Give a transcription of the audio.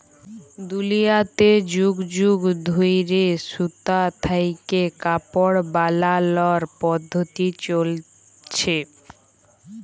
দুলিয়াতে যুগ যুগ ধইরে সুতা থ্যাইকে কাপড় বালালর পদ্ধতি চইলছে